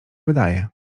wydaje